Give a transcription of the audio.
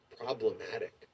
problematic